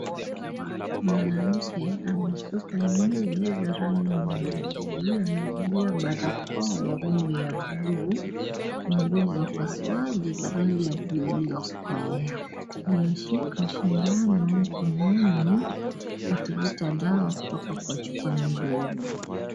Mwanamke amesukwa nywele za rangi nyeusi amevalia barakoa ya rangi ya bluu na ngui za upasuaji za rangi ya bluu iliyokolea ameshika sindano mkononi akivuta dawa kutoka kwa chupa ndogo.